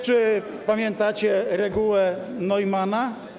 Czy pamiętacie regułę Neumanna?